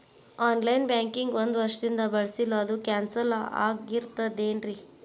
On line banking ಒಂದ್ ವರ್ಷದಿಂದ ಬಳಸಿಲ್ಲ ಅದು ಕ್ಯಾನ್ಸಲ್ ಆಗಿರ್ತದೇನ್ರಿ?